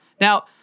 Now